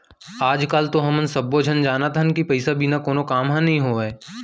आज काल तो हमन सब्बो झन जानत हन कि पइसा बिना कोनो काम ह नइ होवय